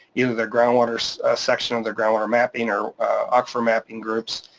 either their groundwater section or their groundwater mapping or aquifer mapping groups,